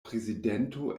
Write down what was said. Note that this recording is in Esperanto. prezidento